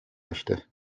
möchte